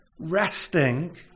resting